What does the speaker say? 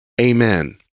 amen